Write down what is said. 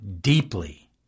deeply